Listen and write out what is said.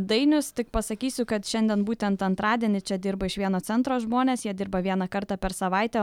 dainius tik pasakysiu kad šiandien būtent antradienį čia dirba iš vieno centro žmonės jie dirba vieną kartą per savaitę